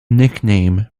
nickname